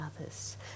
others